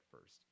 first